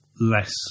less